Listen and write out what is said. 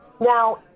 Now